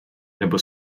nebo